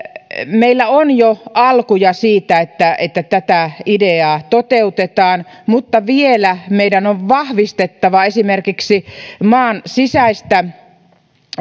meillä on jo alkuja siitä että että tätä ideaa toteutetaan mutta vielä meidän on vahvistettava esimerkiksi maan sisäistä